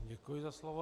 Děkuji za slovo.